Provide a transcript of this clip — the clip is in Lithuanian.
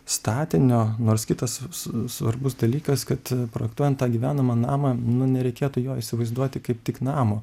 statinio nors kitas s s svarbus dalykas kad projektuojant tą gyvenamą namą nu nereikėtų jo įsivaizduoti kaip tik namo